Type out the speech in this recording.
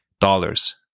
dollars